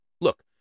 look